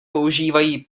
používají